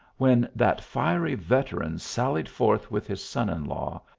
when that fiery veteran sallied forth with his son-in law,